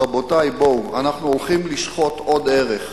רבותי, בואו, אנחנו הולכים לשחוט עוד ערך,